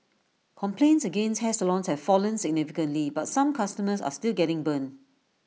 complaints against hair salons have fallen significantly but some customers are still getting burnt